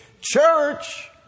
Church